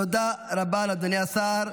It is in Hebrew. תודה רבה לאדוני השר.